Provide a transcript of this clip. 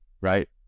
right